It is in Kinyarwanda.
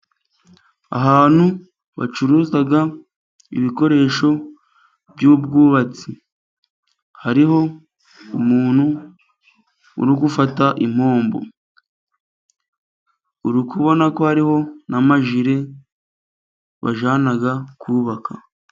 Ahantu bacuruza ibikoresho by'ubwubatsi. Hariho umuntu uri gufata impombo. Uri kubona ko hariho n'amajire bajyana kubaka.